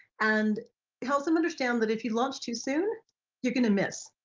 and it helps them understand that if you launch too soon you're going to miss,